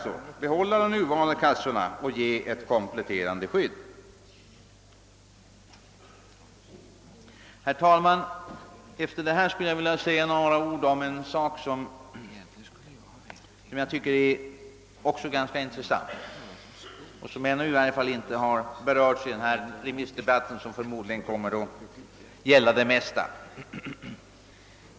Man skulle alltså behålla de nuvarande kassorna och ge ett kompletterande skydd. Herr talman! Efter detta skulle jag vilja säga några ord om en fråga som i varje fall ännu inte har berörts i denna remissdebatt, som förmodligen kommer att gälla det mesta.